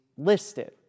Listed